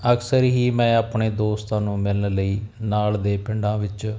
ਅਕਸਰ ਹੀ ਮੈਂ ਆਪਣੇ ਦੋਸਤ ਨੂੰ ਮਿਲਣ ਲਈ ਨਾਲ ਦੇ ਪਿੰਡਾਂ ਵਿੱਚ